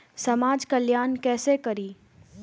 समाज कल्याण केसे करी?